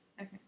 Okay